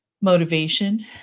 motivation